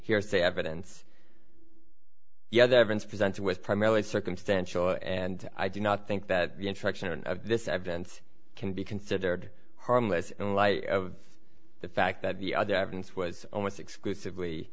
hearsay evidence the other evidence presented with primarily circumstantial and i do not think that the introduction of this evidence can be considered harmless in light of the fact that the other evidence was almost exclusively